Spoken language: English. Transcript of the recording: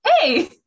hey